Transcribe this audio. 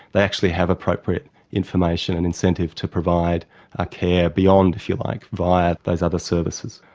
they actually have appropriate information and incentive to provide ah care beyond, if you like, via those other services.